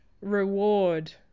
reward